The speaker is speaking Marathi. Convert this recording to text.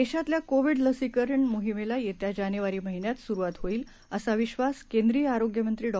देशातल्याकोविडलसीकरणमोहिमेलायेत्याजानेवारीमहिन्यातसुरुवातहोईलअसाविश्वासकेंद्रीयआरोग्यमंत्रीडॉ